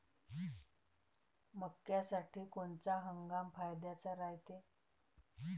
मक्क्यासाठी कोनचा हंगाम फायद्याचा रायते?